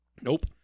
Nope